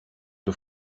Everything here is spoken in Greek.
του